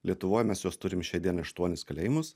lietuvoj mes juos turim šiandien aštuonis kalėjimus